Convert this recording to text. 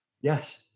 Yes